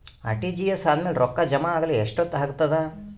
RTGS ಆದ್ಮೇಲೆ ರೊಕ್ಕ ಜಮಾ ಆಗಲು ಎಷ್ಟೊತ್ ಆಗತದ?